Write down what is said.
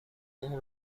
اون